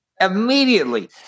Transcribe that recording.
immediately